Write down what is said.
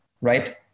right